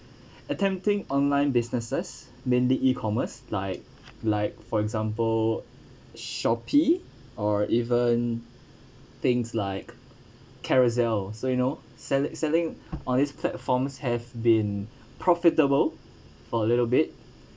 attempting online businesses mainly E commerce like like for example shopee or even things like carousell so you know sell~ selling on these platforms have been profitable for a little bit